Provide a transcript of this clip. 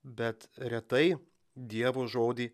bet retai dievo žodį